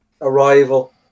arrival